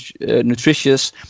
nutritious